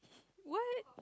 what